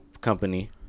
company